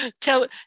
tell